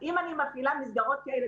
אם אני מפעילה מסגרות כאלה